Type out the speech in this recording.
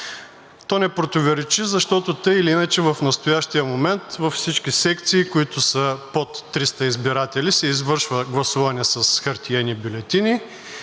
То не противоречи, защото тъй или иначе в настоящия момент във всички секции, които са под 300 избиратели, се извършва гласуване с хартиени бюлетини